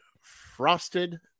frosted